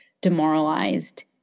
demoralized